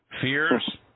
Fears